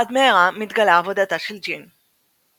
עד מהרה מתגלה עבודתה של ג'ין.